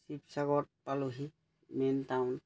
শিৱসাগৰত পালোহি main town